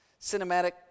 cinematic